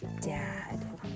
dad